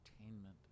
entertainment